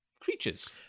creatures